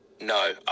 No